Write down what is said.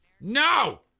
No